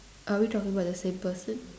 are we talking about the same person